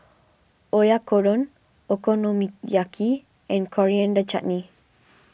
Oyakodon Okonomiyaki and Coriander Chutney